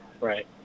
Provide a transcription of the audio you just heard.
right